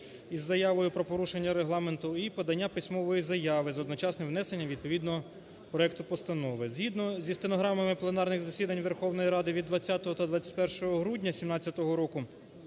із заявою про порушенням Регламенту і подання письмової заяви з одночасним внесенням відповідного проекту постанови. Згідно зі стенограмами пленарних засідань Верховної Ради від 20 та 21 грудня 17-го року